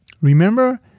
Remember